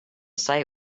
site